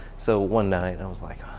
so one night and i was like,